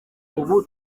ubu